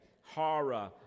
horror